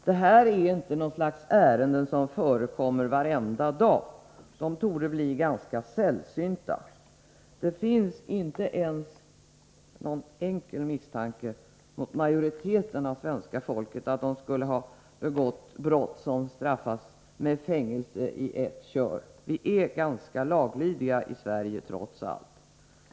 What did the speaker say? Det gäller inte något slags ärenden som förekommer varenda dag. De torde bli ganska sällsynta. Det finns inte ens någon enkel misstanke mot majoriteten av svenska folket för att i ett kör ha begått brott som straffas med fängelse. Vi är ganska laglydiga i Sverige, trots allt.